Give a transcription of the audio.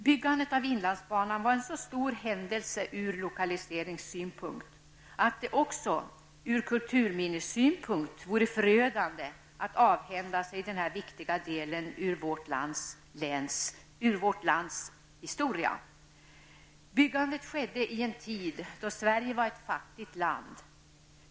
Byggandet av inlandsbanan var en så stor händelse ur lokaliseringssynpunkt att det även vore ur kulturminnessynpunkt förödande att avhända sig denna viktiga del i vårt lands historia. Byggandet skedde i en tid då Sverige var ett fattigt land.